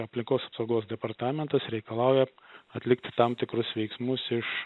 aplinkos apsaugos departamentas reikalauja atlikti tam tikrus veiksmus iš